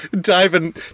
Diving